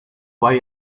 why